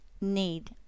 need